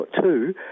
two